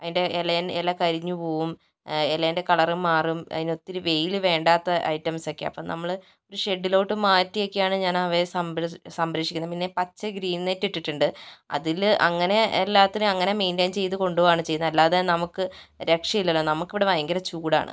അതിൻ്റെ ഇലയെൻ ഇല കരിഞ്ഞുപോകും ഇലേൻ്റെ കളർ മാറും അതിന് ഒത്തിരി വെയിൽ വേണ്ടാത്ത ഐറ്റംസൊക്കെയാണ് അപ്പോൾ നമ്മൾ ഒരു ഷെഡ്ഡിലോട്ട് മാറ്റി ഒക്കെയാണ് ഞാൻ അവയെ സംര സംരക്ഷിക്കുന്നത് പിന്നെ ഈ പച്ച ഗ്രീൻ നെറ്റ് ഇട്ടിട്ടുണ്ട് അതിൽ അങ്ങനെ എല്ലാറ്റിനും അങ്ങനെ മെയിൻറ്റെയിൻ ചെയ്തു കൊണ്ടു പോകുകയാണ് ചെയ്യുന്നത് അല്ലാതെ നമുക്ക് രക്ഷയില്ലല്ലോ നമുക്കിവിടെ ഭയങ്കര ചൂടാണ്